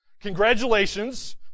Congratulations